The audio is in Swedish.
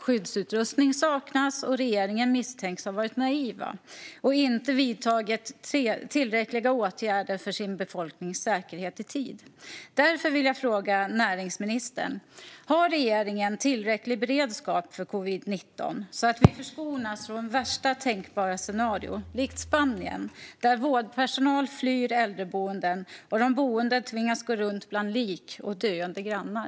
Skyddsutrustning saknas, och regeringen misstänks ha varit naiv och inte ha vidtagit tillräckliga åtgärder för sin befolknings säkerhet i tid. Därför vill jag fråga näringsministern: Har regeringen tillräcklig beredskap för covid-19, så att vi förskonas från värsta tänkbara scenario, likt det i Spanien, där vårdpersonal flyr äldreboenden och de boende tvingas gå runt bland lik och döende grannar?